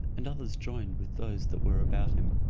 and others joined with those that were about him,